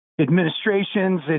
Administrations